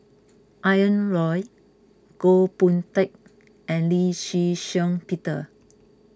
Ian Loy Goh Boon Teck and Lee Shih Shiong Peter